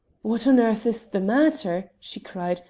what on earth is the matter? she cried.